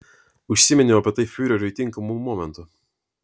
užsiminiau apie tai fiureriui tinkamu momentu